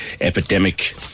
epidemic